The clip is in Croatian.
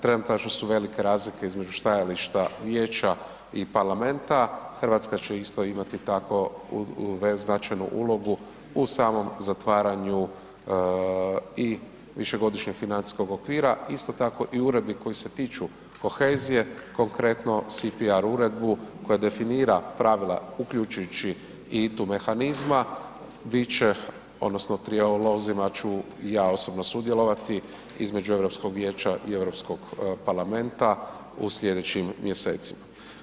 Trenutačno su velike razlike između stajališta Vijeća i Parlamenta, Hrvatska će isto imati tako značajnu ulogu u samom zatvaranju i višegodišnjeg financijskog okvira, isto tako i uredbi koje se tiču kohezije, konkretno CPR uredbu koja definira pravila uključujući ITU mehanizma, bit će odnosno trijalozima ću i ja osobno sudjelovati između Europskog vijeća i Europskog parlamenta u sljedećim mjesecima.